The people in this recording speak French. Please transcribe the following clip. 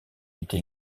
été